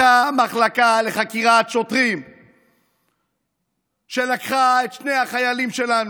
אותה מחלקה לחקירת שוטרים שלקחה את שני החיילים שלנו,